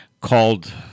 called